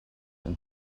and